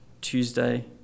Tuesday